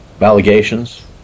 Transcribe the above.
allegations